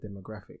demographic